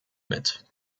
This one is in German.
mit